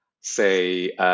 say